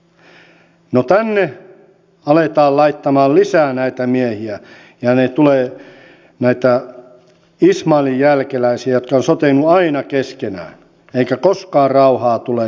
no tänne meidän keskellemme aletaan laittamaan lisää näitä miehiä ja tulee näitä ismailin jälkeläisiä jotka ovat sotineet aina keskenään eikä koskaan rauhaa tule